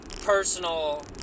personal